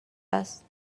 است